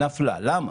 למה?